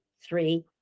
three